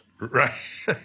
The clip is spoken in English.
Right